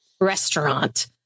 restaurant